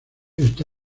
está